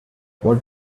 what